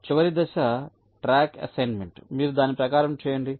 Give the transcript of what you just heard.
చివరి దశ track assignment మీరు దాని ప్రకారం చేయండి